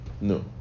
No